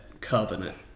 covenant